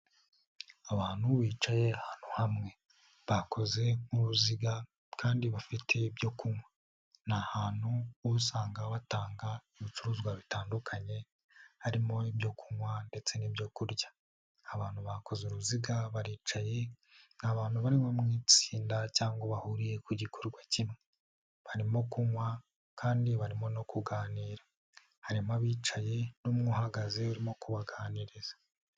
Abantu bicaye ahantu hamwe bakoze nk'uruziga kandi bafite ibyo kunywa, ni ahantu uba usanga batanga ibicuruzwa bitandukanye, harimo ibyo kunywa ndetse n'ibyo kurya. Abantu bakoze uruziga baricaye, ni abantu barimo mu itsinda cyangwa bahuriye ku gikorwa kimwe, barimo kunywa kandi barimo no kuganira, harimo abicaye n'umwe uhagaze urimo kubaganiriza.